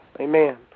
Amen